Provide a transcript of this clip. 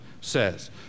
says